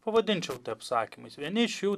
pavadinčiau tai apsakymais vieni iš jų